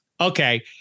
Okay